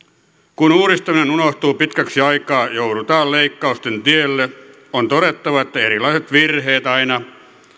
kun uudistaminen unohtuu pitkäksi aikaa joudutaan leikkausten tielle on todettava että erilaiset virheet aina